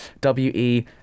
w-e